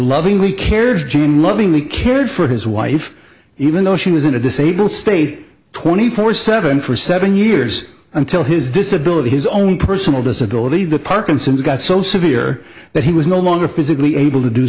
lovingly cared to lovingly cared for his wife even though she was in a disabled state twenty four seven for seven years until his disability his own personal disability the parkinson's got so severe that he was no longer physically able to do